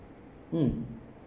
mm